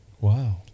Wow